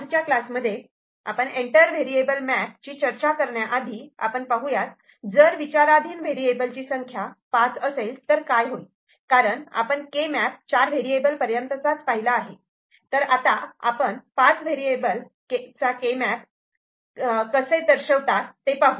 आजच्या क्लासमध्ये enter variable map ची चर्चा करण्याआधी आपण पाहुयात जर विचाराधीन व्हेरिएबल ची संख्या पाच असेल तर काय होईल कारण आपण केमॅप 4 व्हेरिएबल पर्यंतचा पाहिला आहे तर आता आपण पाच वेरिएबल केमॅप ने कसे दर्शवतात ते पाहू